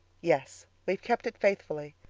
yes. we've kept it faithfully.